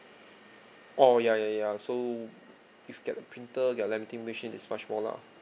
orh ya ya ya so if you get a printer get a laminating machine is much more lah